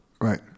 right